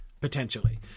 potentially